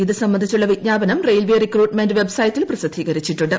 ഇതു സംബന്ധിച്ചുള്ള വിജ്ഞാപനം റെയിൽവേ റിക്രൂട്ട്മെന്റ് വെബ്സൈറ്റിൽ പ്രസിദ്ധീകരിച്ചിട്ടുണ്ട്